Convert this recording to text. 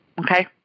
Okay